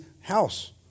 house